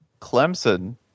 Clemson